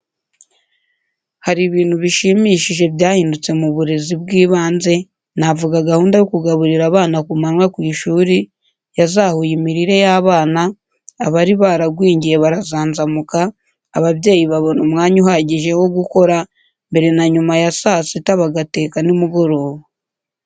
Hari ibintu bishimishije byahindutse mu burezi bw'ibanze, navuga gahunda yo kugaburira abana ku manywa ku ishuri, yazahuye imirire y'abana, abari baragwingiye barazanzamuka, ababyeyi babona umwanya uhagije wo gukora, mbere na nyuma ya saa sita, bagateka nimugoroba.